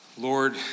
Lord